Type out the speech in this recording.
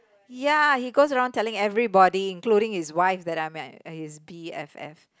ya he goes around telling everybody including his wife that I'm his B_F_F